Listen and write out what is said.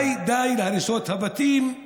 ודי, די להריסות הבתים.